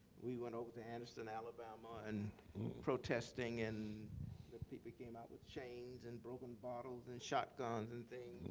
we went over to anniston, alabama and protesting and people came out with chains and broken bottles and shotguns and things.